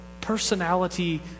personality